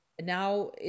now